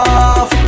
off